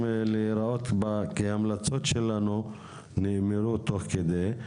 להיראות בה כהמלצות שלנו נאמרו תוך כדי,